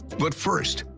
but first,